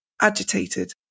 agitated